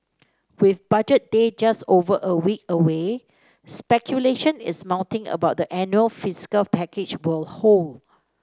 with Budget Day just over a week away speculation is mounting about the annual fiscal package will hold